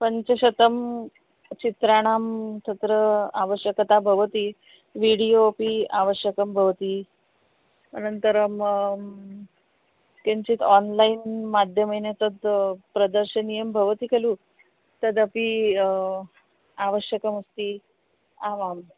पञ्चशतं सचित्राणां तत्र आवश्यकता भवति वीडियोपि आवश्यकं भवति अनन्तरं आं किञ्चित् आन्लैन् माध्यमेन तद् प्रदर्शनीयं भवति खलु तदपि आवश्यकमस्ति आमाम्